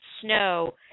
Snow